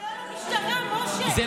זה לא למשטרה, זה לשר.